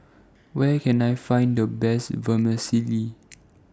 Where Can I Find The Best Vermicelli